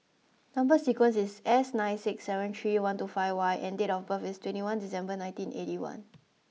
number sequence is S nine six seven three one two five Y and date of birth is twenty one December nineteen eighty one